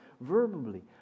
verbally